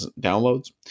downloads